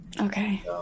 Okay